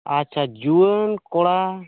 ᱟᱪᱪᱷᱟ ᱡᱩᱣᱟᱹᱱ ᱠᱚᱲᱟ